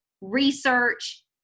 research